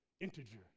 Integer